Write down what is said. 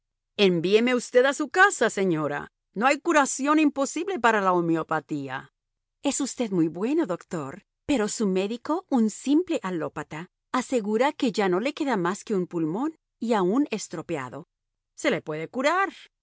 envíeme usted a su casa señora no hay curación imposible para la homeopatía es usted muy bueno doctor pero su médico un simple alópata asegura que ya no le queda más que un pulmón y aun estropeado se le puede curar